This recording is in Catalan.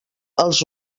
els